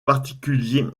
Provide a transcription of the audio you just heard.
particulier